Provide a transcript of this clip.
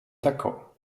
tako